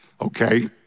Okay